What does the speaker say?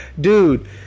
dude